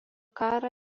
karą